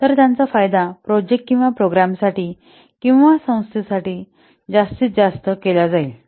तर त्याचा फायदा प्रोजेक्ट किंवा प्रोग्राम साठी किंवा संस्थेसाठी जास्तीत जास्त केला जाईल